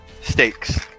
stakes